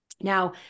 Now